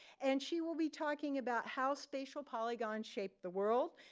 and she will be talking about how spatial polygons shape the world,